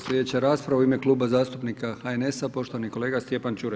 Sljedeća rasprava u ime Kluba zastupnika HNS-a, poštovani kolega Stjepan Čuraj.